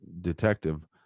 detective